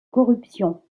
corruption